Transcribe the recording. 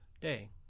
day